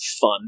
fun